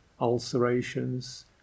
ulcerations